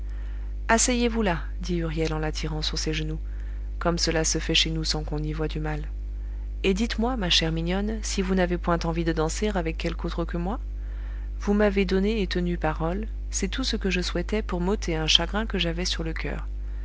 asseyez-vous là dit huriel en l'attirant sur ses genoux comme cela se fait chez nous sans qu'on y voie du mal et dites-moi ma chère mignonne si vous n'avez point envie de danser avec quelque autre que moi vous m'avez donné et tenu parole c'est tout ce que je souhaitais pour m'ôter un chagrin que j'avais sur le coeur